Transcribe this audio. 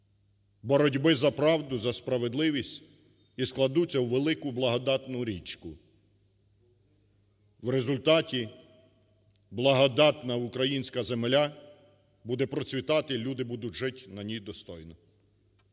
боротьби за правду, за справедливість і складуться у велику благодатну річку. В результаті благодатна українська земля буде процвітати, люди будуть жить на ній достойно.